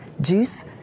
JUICE